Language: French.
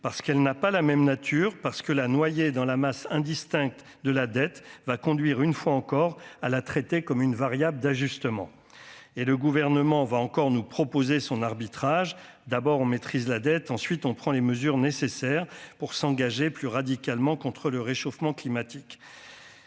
parce qu'elle n'a pas la même nature parce que la noyé dans la masse indistincte de la dette va conduire une fois encore à la traiter comme une variable d'ajustement et le gouvernement va encore nous proposer son arbitrage : d'abord on maîtrise la dette, ensuite on prend les mesures nécessaires pour s'engager plus radicalement contre le réchauffement climatique